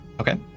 Okay